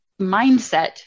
mindset